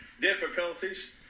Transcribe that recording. difficulties